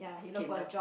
came down